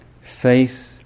faith